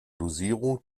dosierung